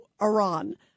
Iran